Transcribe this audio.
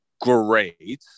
great